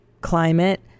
climate